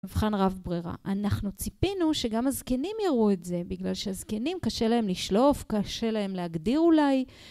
מבחן רב ברירה. אנחנו ציפינו שגם הזקנים יראו את זה, בגלל שהזקנים קשה להם לשלוף, קשה להם להגדיר אולי.